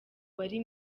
wari